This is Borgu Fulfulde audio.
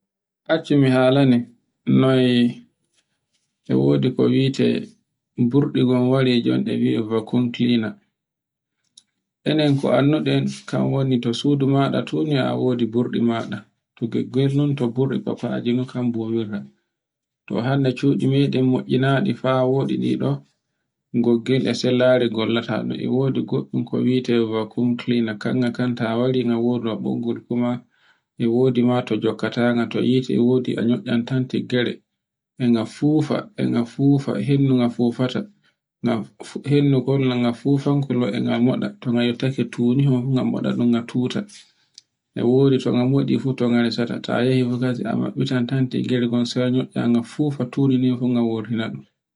Accu mi hala ne, noy e wodi ko wi'ete burdegon ware jonɗe ware ba kuntina, annen ko annduɗen kan woni to sudu maɗa tuniya a wodi burɗi maɗa to gogoynon to burɗi fafaji no kam bonirta. To hande cuɗi meɗen mo'inaɗe fa woɗi ɗi ɗo goggel e sellare gollata ndu e wodi goɗɗum ko wi'ete bakun cleaner kanga kan ka warta ɓoggol kuma e wodi ma ka jokkatanga, to hite e wodi a nyo'an tiggare e nga fufa, en ga fufa, e hendu nga fufuta ngan hendu kol fu kulo e nga moɗa ton ga yottake tuluni ho ngan boɗaɗun nga tuta. e wodi tonga moɗi fu ton ga resata tayehi fu kadin to a maɓɓitata, sai nyo'aa nga fufa tundu din fu nga wurtina ɗun.